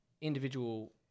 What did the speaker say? individual